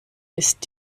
ist